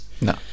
no